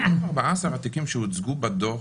מתוך 14 התיקים שהוצגו בדוח,